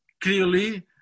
clearly